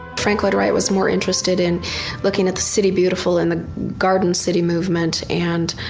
frank lloyd wright was more interested in looking at the city beautiful and the garden city movement and